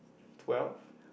twelve